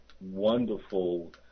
wonderful